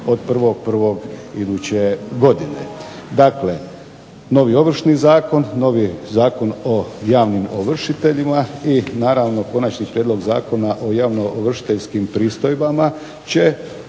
Iduće godine. Dakle, novi Ovršni zakon, novi zakon o javnim ovršiteljima i naravno Konačni prijedlog zakona o javnoovršiteljskim pristojbama će